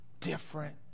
different